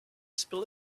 spill